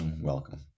Welcome